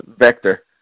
Vector